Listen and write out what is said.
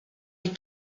die